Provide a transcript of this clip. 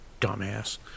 dumbass